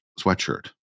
sweatshirt